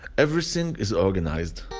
everything is organized.